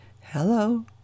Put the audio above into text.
Hello